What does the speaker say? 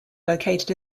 located